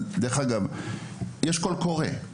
דרך אגב, יש קול קורא,